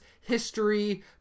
history